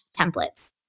templates